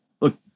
look